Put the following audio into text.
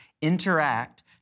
interact